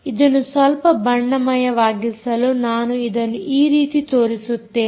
ಇದನ್ನು ಸ್ವಲ್ಪ ಬಣ್ಣಮಯವಾಗಿಸಲು ನಾನು ಇದನ್ನು ಈ ರೀತಿ ತೋರಿಸುತ್ತೇನೆ